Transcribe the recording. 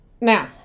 Now